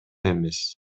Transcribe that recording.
эмес